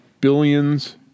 Billions